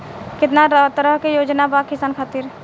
केतना तरह के योजना बा किसान खातिर?